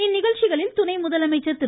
இந்நிகழ்ச்சிகளில் துணை முதலமைச்சர் திரு